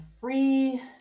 free